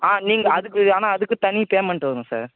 ஆ நீங்கள் அதுக்கு ஆனால் அதுக்கு தனி பேமண்ட் வரும் சார்